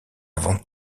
avant